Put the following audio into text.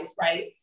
right